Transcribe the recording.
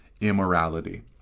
immorality